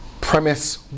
premise